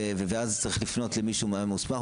ואז צריך לפנות למישהו מוסמך.